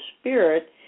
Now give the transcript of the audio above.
spirit